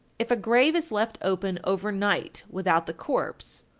if a grave is left open over night without the corpse,